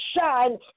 shine